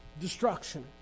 destruction